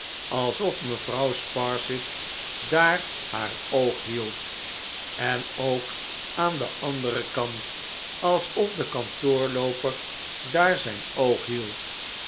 alsof mevrouw sparsit daar haar oog hield en ook aan den anderen kant alsof de kantoorlooper daar zijn oog hield